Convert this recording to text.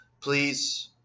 please